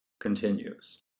continues